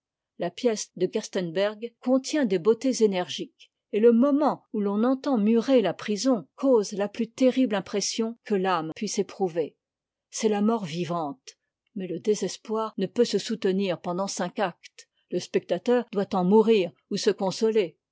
la pièce de gerstenberg con tient des beautés énergiques et le moment où l'on entend murer la prison cause la plus terrible impression que l'âme puisse éprouver c'est la mort vivante mais le désespoir ne peut se soutenir pendant cinq actes le spectateur doit en mourir ou se consoler